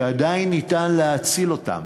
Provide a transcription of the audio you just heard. שעדיין ניתן להציל אותן,